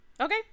Okay